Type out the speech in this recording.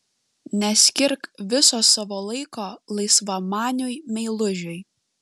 neskirk viso savo laiko laisvamaniui meilužiui